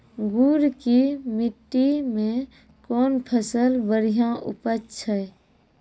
गुड़ की मिट्टी मैं कौन फसल बढ़िया उपज छ?